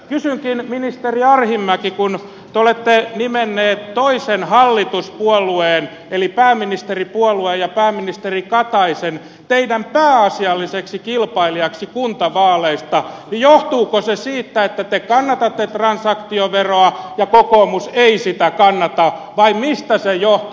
kysynkin ministeri arhinmäki kun te olette nimennyt toisen hallituspuolueen eli pääministeripuolueen ja pääministeri kataisen teidän pääasialliseksi kilpailijaksenne kuntavaaleissa johtuuko se siitä että te kannatatte transaktioveroa ja kokoomus ei sitä kannata vai mistä se johtuu